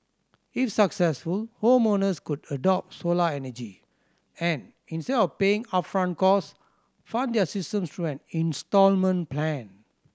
if successful homeowners could adopt solar energy and instead of paying upfront cost fund their systems through an instalment plan